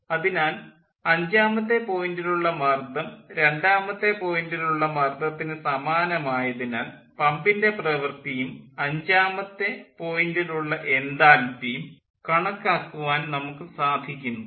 അതിനാൽ അഞ്ചാമത്തെ പോയിൻ്റിലുള്ള മർദ്ദം രണ്ടാമത്തെ പോയിൻ്റിലുള്ള മർദ്ദത്തിന് സമാനമായതിനാൽ പമ്പിൻ്റെ പ്രവൃത്തിയും അഞ്ചാമത്തെ പോയിൻ്റിലുള്ള എൻതാൽപ്പിയും കണക്കാക്കുവാൻ നമുക്ക് സാധിക്കുന്നു